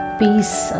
peace